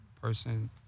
person